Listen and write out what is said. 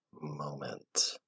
moment